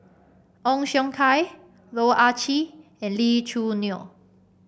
Ong Siong Kai Loh Ah Chee and Lee Choo Neo